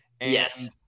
Yes